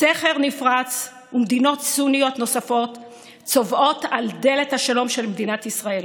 הסכר נפרץ ומדינות סוניות נוספות צובאות על דלת השלום של מדינת ישראל.